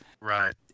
Right